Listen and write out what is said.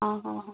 ହଁ ହଁ